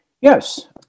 Yes